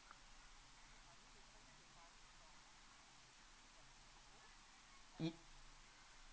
yeah